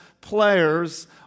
players